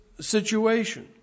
situation